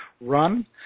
run